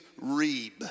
Reeb